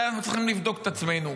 אולי אנחנו צריכים לבדוק את עצמנו,